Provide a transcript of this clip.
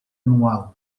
anual